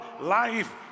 life